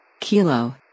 Kilo